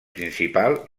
principal